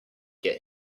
get